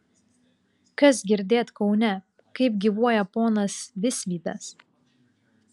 kas girdėt kaune kaip gyvuoja ponas visvydas